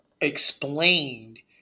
explained